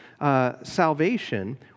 Salvation